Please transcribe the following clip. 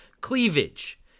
cleavage